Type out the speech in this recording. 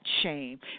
shame